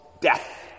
death